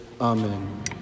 Amen